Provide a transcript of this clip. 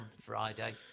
Friday